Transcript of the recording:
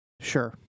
sure